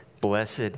blessed